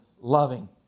loving